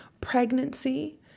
Pregnancy